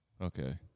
okay